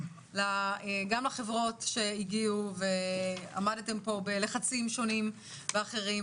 גם לחברות שהגיעו ועמדתם פה בלחצים שונים ואחרים,